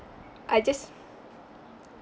I just